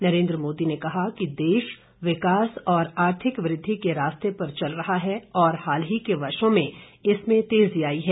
नरेन्द्र मोदी ने कहा कि देश विकास और आर्थिक वृद्धि के रास्ते पर चल रहा है और हाल के वर्षो में इसमें तेजी आई है